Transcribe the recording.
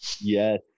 Yes